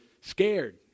scared